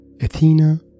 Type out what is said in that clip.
Athena